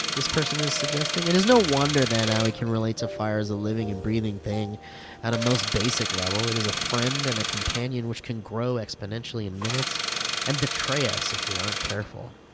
this person is suggesting it. it is no wonder then, how we can relate to fire as a living and breathing thing at a most basic level. it is a friend and companion which can grow exponentially in minutes and betray us if we aren't careful.